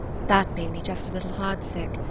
that made me just a little heart-sick,